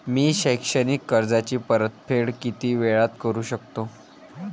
मी शैक्षणिक कर्जाची परतफेड किती वेळात करू शकतो